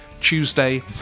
tuesday